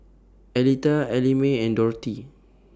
Aletha Ellamae and Dorthy